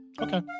Okay